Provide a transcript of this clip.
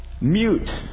mute